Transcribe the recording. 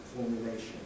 formulation